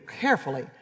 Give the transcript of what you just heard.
carefully